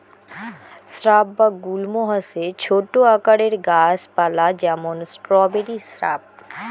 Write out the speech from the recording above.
shrub বা গুল্ম হসে ছোট আকারের গাছ পালা যেমন স্ট্রবেরি স্রাব